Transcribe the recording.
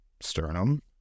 sternum